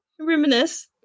reminisce